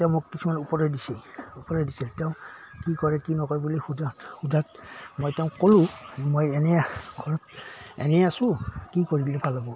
তেওঁ মোক কিছুমান উপদেশ দিছে উপদেশ দিছিল তেওঁ কি কৰে কি নকৰে বুলি সোধাত সোধাত মই তেওঁক ক'লোঁ মই এনেই ঘৰত এনেই আছোঁ কি কৰিলে ভাল হ'ব